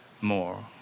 more